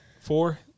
Four